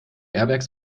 airbags